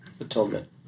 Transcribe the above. Atonement